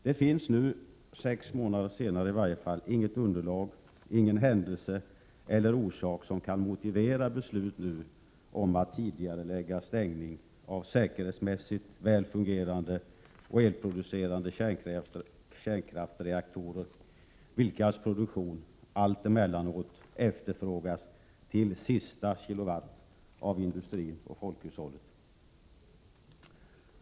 Det finns nu, sex månader senare, i varje fall inget underlag, ingen händelse eller orsak som kan motivera beslut om att tidigarelägga stängning av säkerhetsmässigt väl fungerande och elproducerande kärnkraftsreaktorer, vilkas produktion alltemellanåt efterfrågas till sista kilowatt av industrin och folkhushållet.